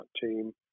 team